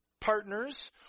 partners